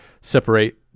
separate